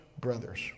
brothers